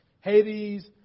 Hades